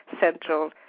Central